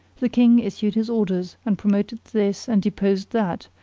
the king issued his orders, and promoted this and deposed that,